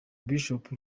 bishop